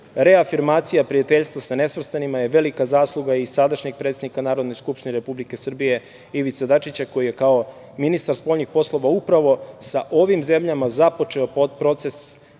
ulogu. Reafirmacija prijateljstva sa nesvrstanima je velika zasluga i sadašnjeg predsednika Narodne skupštine Republike Srbije, Ivice Dačića, koji je kao ministar spoljnih poslova upravo sa ovim zemljama započeo proces,